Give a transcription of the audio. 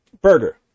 burger